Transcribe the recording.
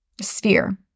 sphere